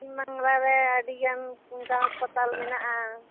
ᱯᱚᱥᱪᱤᱢᱵᱟᱝᱞᱟ ᱨᱮ ᱟᱹᱰᱤ ᱜᱟᱱ ᱚᱱᱠᱟ ᱦᱟᱥᱯᱟᱛᱟᱞ ᱢᱮᱱᱟᱜᱼᱟ